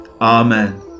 amen